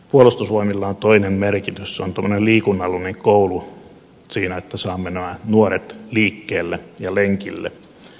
puolustusvoimilla on toinen merkitys se on tuommoinen liikunnallinen koulu siinä että saamme nämä nuoret liikkeelle ja lenkille